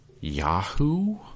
Yahoo